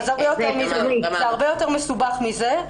זה הרבה יותר מסובך מזה.